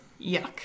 Yuck